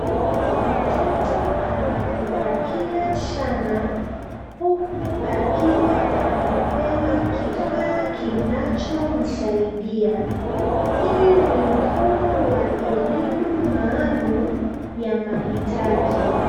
Mtoto anafurahia sana huku akiwa amepewa kifaa kinachomsaidia. Hii ni mfumo wa elimu maalum ya mahitaji.